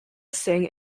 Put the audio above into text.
sing